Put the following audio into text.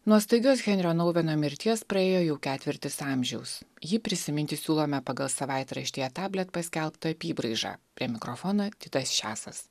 nuo staigios henrio noueno mirties praėjo jau ketvirtis amžiaus jį prisiminti siūlome pagal savaitraštyje tablet paskelbta apybraiža prie mikrofono titas česas